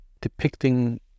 depicting